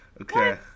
Okay